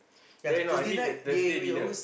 eh you know I mean the Thursday dinner